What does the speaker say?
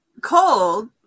cold